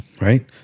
Right